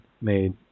made